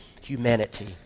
humanity